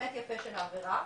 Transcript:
באמת יפה של העבירה